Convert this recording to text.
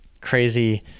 crazy